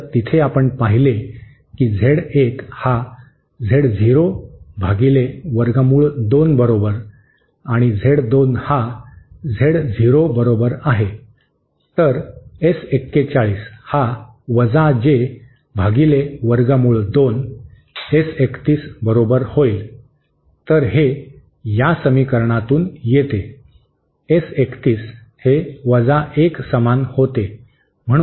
तर तिथे आपण पाहिले की झेड 1 हा झेड झिरो भागिले वर्गमूळ 2 बरोबर आणि झेड 2 हा झेड झिरो बरोबर आहे तर एस 41 हा वजा जे भागिले वर्गमूळ 2 एस 31 बरोबर होईल तर हे या समीकरणातून येते एस 31 हे वजा 1 समान होते